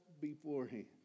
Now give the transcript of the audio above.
beforehand